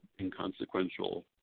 inconsequential